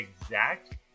exact